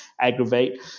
aggravate